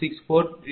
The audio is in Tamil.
2642400